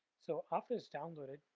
so after it's downloaded,